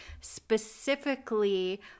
specifically